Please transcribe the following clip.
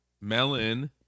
Melon